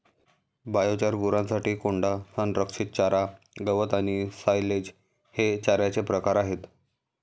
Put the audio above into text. biochar, गुरांसाठी कोंडा, संरक्षित चारा, गवत आणि सायलेज हे चाऱ्याचे प्रकार आहेत